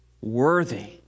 worthy